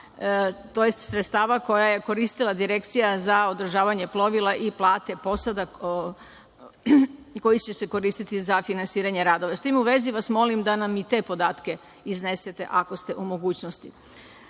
tj. sredstava koja je koristila Direkcija za održavanje plovila i plate posada, koja će se koristiti za finansiranje radova. S tim u vezi vas molim da nam i te podatke iznesete, ako ste u mogućnosti. Zatim,